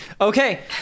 Okay